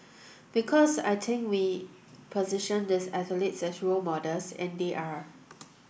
because I think we position these athletes as role models and they are